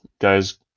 guy's